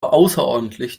außerordentlich